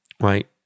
Right